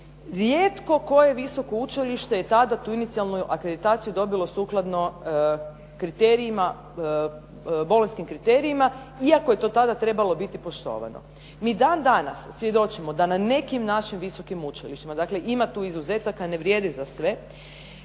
Rijetko koje visoko učilište je tada tu inicijalnu akreditaciju dobilo sukladno kriterijima, bolonjskim kriterijima iako je to tada trebalo biti poštovano. Mi dan danas svjedočimo da na nekim našim visokim učilištima, dakle ima tu izuzetaka, ne vrijedi za sve